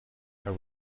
have